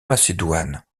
macédoine